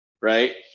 Right